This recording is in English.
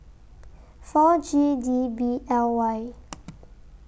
four G D B L Y